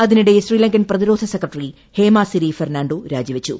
അതിനിടെ ശ്രീലങ്കൻ പ്രതിരോധ സെക്രട്ടറി ഹേമാസിരി ഫെർണാണ്ടോ രാജിവച്ചു